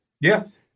Yes